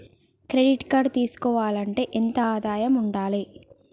Credit card తీసుకోవాలంటే ఎంత ఆదాయం ఉండాలే?